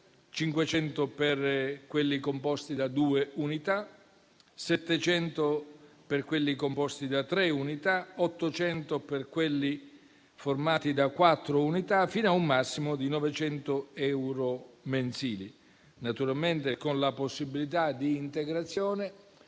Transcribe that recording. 500 per quelli composti da due unità, 700 per quelli composti da tre unità, 800 per quelli formati da quattro unità, fino a un massimo di 900 euro mensili, con la possibilità di integrazione